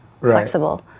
flexible